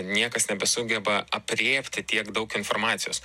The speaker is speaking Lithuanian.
niekas nebesugeba aprėpti tiek daug informacijos